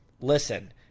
Listen